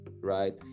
right